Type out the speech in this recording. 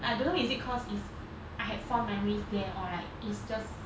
like I don't know is it cause it's I had fond memories there or like it's just